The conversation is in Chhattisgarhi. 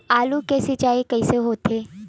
आलू के सिंचाई कइसे होथे?